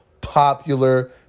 popular